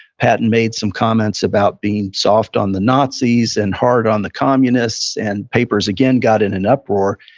patton made some comments about being soft on the nazis and hard on the communists, and papers again got in an uproar.